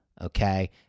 Okay